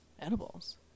edibles